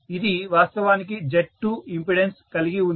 ఇది వాస్తవానికి Z2 impedance కలిగి ఉంది